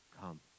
come